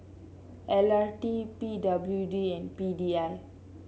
L T P W D and P D I